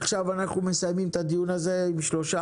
עכשיו אנחנו מסיימים את הדיון הזה עם שלושה,